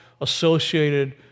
associated